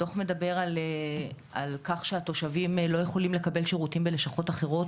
הדו"ח מדבר על כך שהתושבים לא יכולים לקבל שירותים בלשכות אחרות